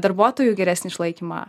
darbuotojų geresnį išlaikymą